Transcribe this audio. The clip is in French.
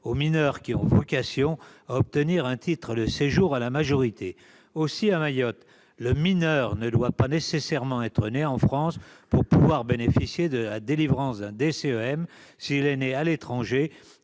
aux mineurs qui ont vocation à obtenir un titre de séjour à la majorité. Aussi, à Mayotte, le mineur ne doit pas nécessairement être né en France pour pouvoir bénéficier de la délivrance d'un DCEM. S'il est né à l'étranger,